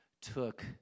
took